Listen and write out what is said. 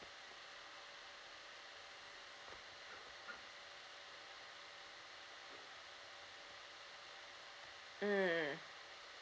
mm